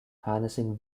harnessing